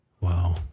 Wow